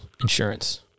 insurance